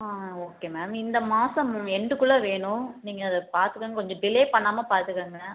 ஆ okay ma'am இந்த மாதம் எண்டுக்குள்ளே வேணும் நீங்கள் அதை பார்த்துக்கங்க கொஞ்சம் டிலே பண்ணாமல் பார்த்துக்கங்க